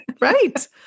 Right